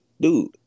dude